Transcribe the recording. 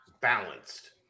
balanced